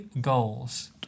goals